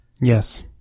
Yes